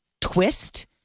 twist